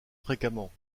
fréquemment